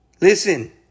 Listen